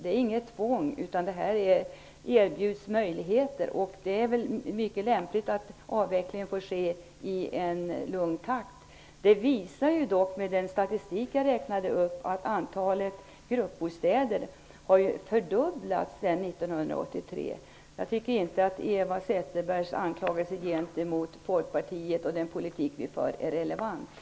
Det är inget tvång. Det är en möjlighet som erbjuds. Det är mycket lämpligt att avvecklingen får ske i en lugn takt. Den statistik som jag nämnde visar dock att antalet gruppbostäder har fördubblats sedan 1983. Jag tycker inte att Eva Zetterbergs anklagelser gentemot Folkpartiet och den politik som vi för är relevanta.